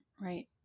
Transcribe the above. Right